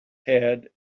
head